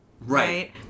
right